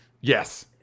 Yes